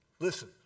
Listen